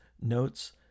notes